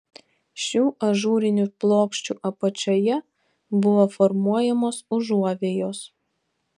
šių ažūrinių plokščių apačioje buvo formuojamos užuovėjos